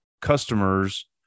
customers